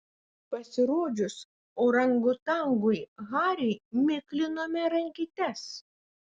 pasirodžius orangutangui hariui miklinome rankytes